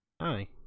Hi